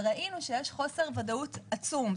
ראינו שיש חוסר ודאות עצום.